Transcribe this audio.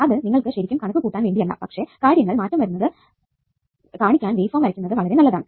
അത് നിങ്ങൾക്ക് ശെരിക്കും കണക്കുകൂട്ടാൻ വേണ്ടിയല്ല പക്ഷെ കാര്യങ്ങൾ മാറ്റം വരുന്നു എന്ന് കാണിക്കാൻ വേവ്ഫോം വരക്കുന്നത് വളരെ നല്ലതാണ്